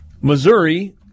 Missouri